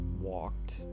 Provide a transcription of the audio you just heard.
walked